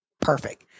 perfect